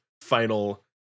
final